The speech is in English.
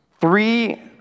Three